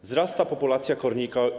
Wzrasta populacja kornika.